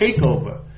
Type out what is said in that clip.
takeover